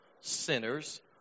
sinners